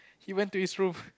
he went to his room